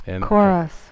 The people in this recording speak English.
Chorus